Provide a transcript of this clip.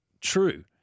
true